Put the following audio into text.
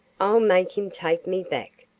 i'll make him take me back,